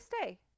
stay